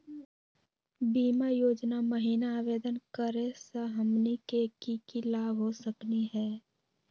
बीमा योजना महिना आवेदन करै स हमनी के की की लाभ हो सकनी हे?